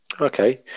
Okay